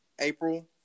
april